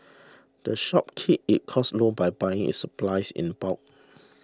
the shop keeps its costs low by buying its supplies in bulk